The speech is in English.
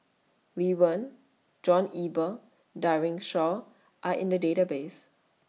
Lee Wen John Eber Daren Shiau Are in The Database